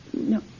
No